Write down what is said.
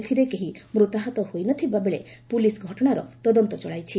ଏଥିରେ କେହି ମୃତାହତ ହୋଇନଥିବା ବେଳେ ପୁଲିସ୍ ଘଟଣାର ତଦନ୍ତ ଚଳାଇଛି